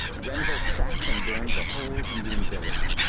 grenville sacked and burned the whole indian village.